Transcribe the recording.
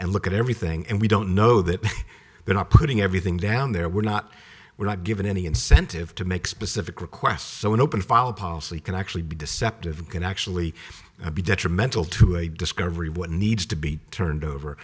and look at everything and we don't know that they're not putting everything down there we're not we're not given any incentive to make specific requests so an open file policy can actually be deceptive can actually be detrimental to a discovery what needs to be turned over